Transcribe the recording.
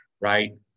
Right